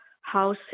house